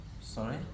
Sorry